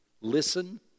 listen